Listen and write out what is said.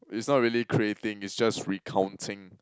it's not really creating it's just recounting